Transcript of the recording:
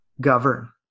govern